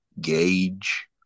gauge